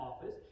office